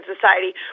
society